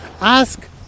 ask